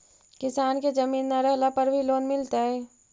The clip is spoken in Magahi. किसान के जमीन न रहला पर भी लोन मिलतइ?